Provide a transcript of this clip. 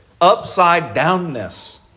upside-downness